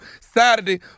Saturday